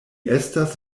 estas